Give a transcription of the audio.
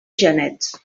genets